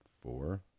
Four